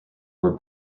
were